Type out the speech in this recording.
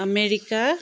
America